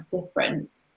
difference